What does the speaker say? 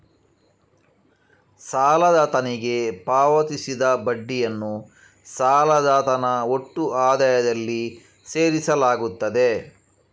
ಸಾಲದಾತನಿಗೆ ಪಾವತಿಸಿದ ಬಡ್ಡಿಯನ್ನು ಸಾಲದಾತನ ಒಟ್ಟು ಆದಾಯದಲ್ಲಿ ಸೇರಿಸಲಾಗುತ್ತದೆ